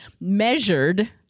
measured